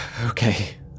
Okay